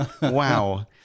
Wow